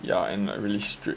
yeah and like really strict